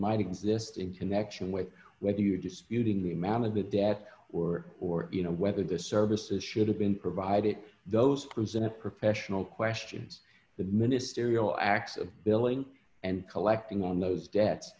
might exist in connection with whether you're disputing the amount of the debt or or you know whether the services should have been provided those plans in a professional questions the ministerial acts of billing and collecting on those debts